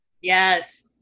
Yes